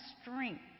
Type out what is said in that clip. strength